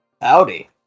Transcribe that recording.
Howdy